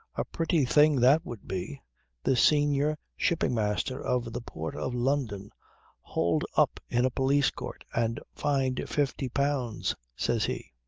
a pretty thing that would be the senior shipping-master of the port of london hauled up in a police court and fined fifty pounds, says he.